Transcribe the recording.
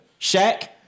Shaq